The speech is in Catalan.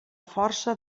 força